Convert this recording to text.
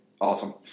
awesome